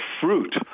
fruit